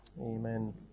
amen